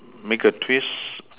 make a twist